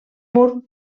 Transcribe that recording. mur